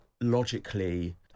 logically